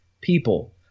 people